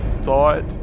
thought